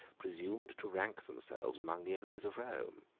presumed to rank themselves among the enemies of rome.